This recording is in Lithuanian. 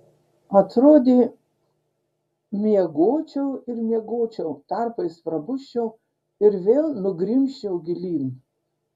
atrodė miegočiau ir miegočiau tarpais prabusčiau ir vėl nugrimzčiau gilyn